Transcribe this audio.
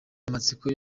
amatsiko